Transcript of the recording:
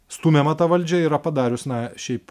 stumiama ta valdžia yra padarius na šiaip